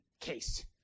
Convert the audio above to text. case